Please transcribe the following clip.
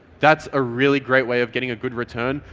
that's a really great way of getting a good return,